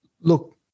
look